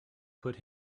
put